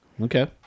Okay